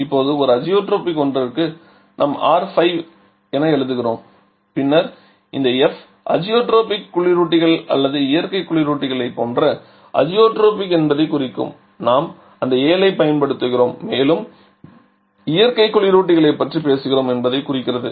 இப்போது ஒரு அஜியோட்ரோபிக் ஒன்றிற்கு நாம் R5 என எழுதுகிறோம் பின்னர் இந்த F அஜியோட்ரோபிக் குளிரூட்டிகள் அல்லது இயற்கை குளிரூட்டிகளைப் போன்ற அஜியோட்ரோபிக் என்பதைக் குறிக்கும் நாம் அந்த 7 ஐப் பயன்படுத்துகிறோம் மேலும் இயற்கை குளிரூட்டிகளைப் பற்றி பேசுகிறோம் என்பதைக் குறிக்கிறது